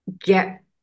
get